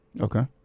Okay